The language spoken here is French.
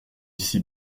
ici